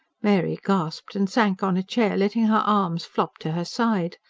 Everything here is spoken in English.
mary gasped and sank on a chair, letting her arms flop to her side.